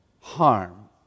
harm